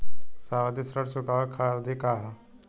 सावधि ऋण चुकावे के अवधि का ह?